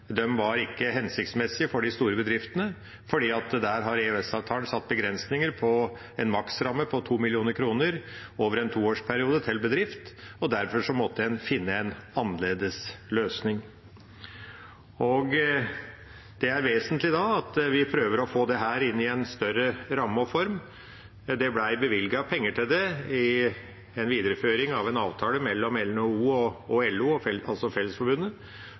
ikke var hensiktsmessig for de store bedriftene, for der har EØS-avtalen satt begrensninger, en maksramme på 2 mill. kr over en toårsperiode til bedrift, og derfor måtte en finne en annerledes løsning. Det er vesentlig at vi prøver å få dette inn i en større ramme og form. Det ble bevilget penger til det i en videreføring av en avtale mellom NHO og LO, altså Fellesforbundet, og